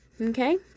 okay